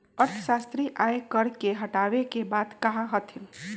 अर्थशास्त्री आय कर के हटावे के बात कहा हथिन